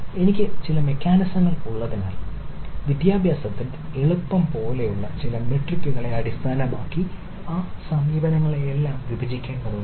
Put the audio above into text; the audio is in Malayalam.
എനിക്ക് മെക്കാനിസങ്ങൾ ഉള്ളതിനാൽ വിന്യാസത്തിന്റെ എളുപ്പം പോലുള്ള ചില മെട്രിക്കുകളെ അടിസ്ഥാനമാക്കി ആ സമീപനങ്ങളെല്ലാം വിഭജിക്കേണ്ടതുണ്ട്